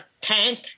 tank